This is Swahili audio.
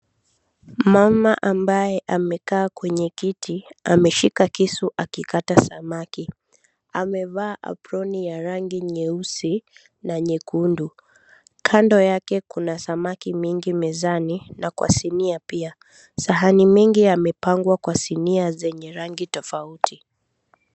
Mama ambaye amekaa kwenye kiti ameshika kisu akikata samaki. Amevaa apron ya rangi nyeusi na nyekundu. Kando yake kuna samaki mingi mezani na kwa sinia pia. Sahani mingi yamepangwa kwa sinia zenye rangi tofauti.